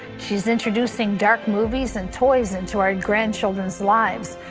she is introducing dark movies and toys into our grand children's lives.